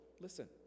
listen